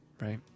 right